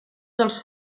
dels